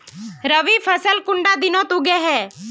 रवि फसल कुंडा दिनोत उगैहे?